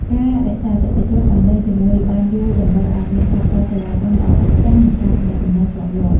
ការ រក្សាអតិថិជន ឱ្យនៅជាមួយបានយូរតម្រូវឱ្យមានការផ្តល់សេវាកម្មល្អឥតខ្ចោះ និងការទំនាក់ទំនងជាប់លាប់។